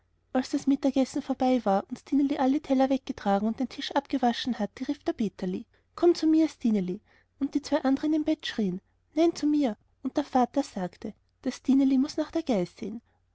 als das mittagessen vorbei war und stineli alle teller weggetragen und den tisch abgewaschen hatte rief der peterli komm zu mir stineli und die zwei anderen im bett schrieen nein zu mir und der vater sagte das stineli muß nach der geiß sehen